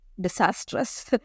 disastrous